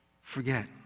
forget